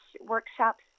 workshops